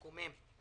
מקומם.